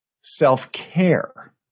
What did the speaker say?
self-care